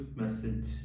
message